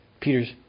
Peter's